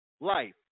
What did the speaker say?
life